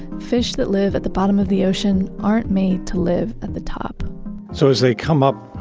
fish that live at the bottom of the ocean aren't made to live at the top so as they come up,